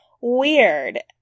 Weird